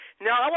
Now